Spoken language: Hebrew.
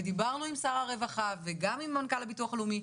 ודיברנו עם שר הרווחה וגם עם מנכ"ל הביטוח הלאומי,